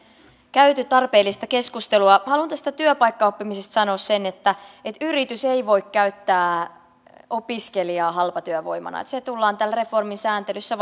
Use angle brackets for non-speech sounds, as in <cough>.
käyty tarpeellista keskustelua haluan tästä työpaikkaoppimisesta sanoa sen että yritys ei voi käyttää opiskelijaa halpatyövoimana se tullaan täällä reformin sääntelyssä <unintelligible>